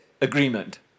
agreement